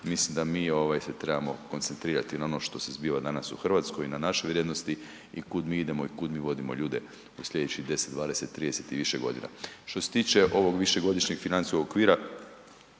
mislim da mi ovaj se trebamo koncentrirati na ono što se zbiva danas u RH i na našoj vrijednosti i kud mi idemo i kud mi vodimo ljude u slijedećih 10, 20, 30 i više godina. Što se tiče ovog višegodišnjeg financijskog okvira,